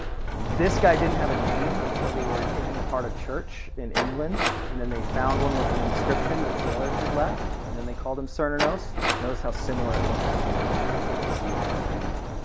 this guy didn't have a name until they were taking apart a church in england and then they found one with an inscription that sailors had left and then they called him cernunnos. notice how similar it looks to the seal from india.